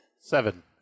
Seven